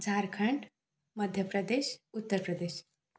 Jharkhand Madhya Pradesh Uttar Pradesh